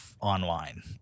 online